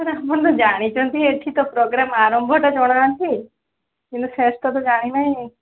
sir ଆପଣ ତ ଜାଣିଛନ୍ତି ଏଠି ତ ପୋଗ୍ରାମ୍ ଆରମ୍ଭଟା ଜଣାଅଛି ହେଲେ ଶେଷ ତ ଜାଣିନାହିଁ